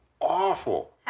awful